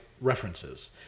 references